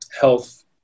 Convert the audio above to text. health